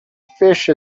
fish